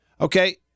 okay